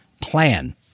plan